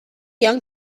young